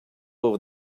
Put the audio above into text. over